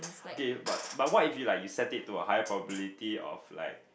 okay but but what if you like you set it to high probability of like